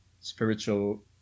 spiritual